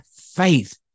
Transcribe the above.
faith